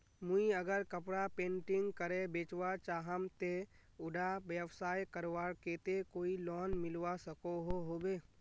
मुई अगर कपड़ा पेंटिंग करे बेचवा चाहम ते उडा व्यवसाय करवार केते कोई लोन मिलवा सकोहो होबे?